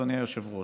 אדוני היושב-ראש,